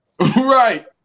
Right